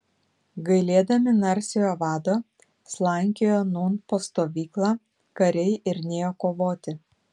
gailėdami narsiojo vado slankiojo nūn po stovyklą kariai ir nėjo kovoti